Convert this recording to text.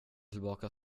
tillbaka